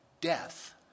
Death